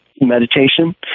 meditation